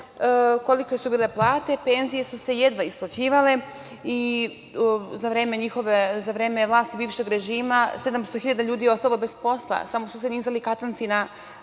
kolike su bile plate, penzije su se jedva isplaćivale i za vreme vlasti bivšeg režima 700.000 ljudi je ostalo bez posla samo su nizali katanci na